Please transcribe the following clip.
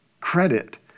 credit